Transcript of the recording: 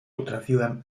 potrafiłem